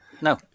No